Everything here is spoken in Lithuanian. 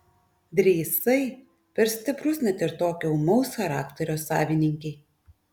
drįsai per stiprus net ir tokio ūmaus charakterio savininkei